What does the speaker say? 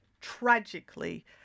tragically